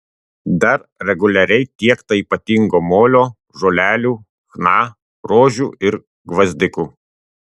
dar reguliariai tiekta ypatingo molio žolelių chna rožių ir gvazdikų